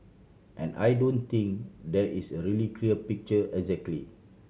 and I don't think there is a really clear picture exactly